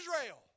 Israel